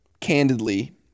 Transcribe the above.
candidly